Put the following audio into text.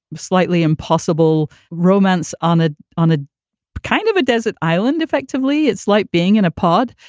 slightly impossible romance on a on a kind of a desert island. effectively, it's like being in a pod.